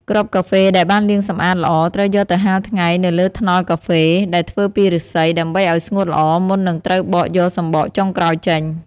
គ្រាប់កាហ្វេដែលបានលាងសម្អាតល្អ ត្រូវយកទៅហាលថ្ងៃនៅលើថ្នល់កាហ្វេ ដែលធ្វើពីឫស្សី ដើម្បីឲ្យស្ងួតល្អ មុននឹងត្រូវបកយកសំបកចុងក្រោយចេញ។